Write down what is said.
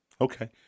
Okay